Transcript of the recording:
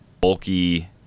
bulky